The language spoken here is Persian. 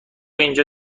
اینجا